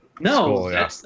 No